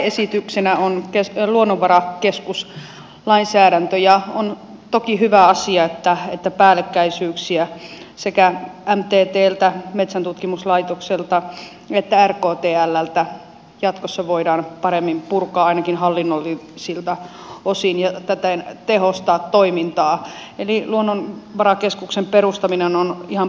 esityksenä on luonnonvarakeskuslainsäädäntö ja on toki hyvä asia että päällekkäisyyksiä sekä mttltä metsäntutkimuslaitokselta että rktlltä jatkossa voidaan paremmin purkaa ainakin hallinnollisilta osin ja täten tehostaa toimintaa eli luonnonvarakeskuksen perustaminen on ihan positiivinen asia